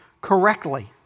correctly